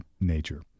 nature